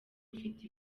ufite